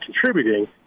contributing